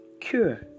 cure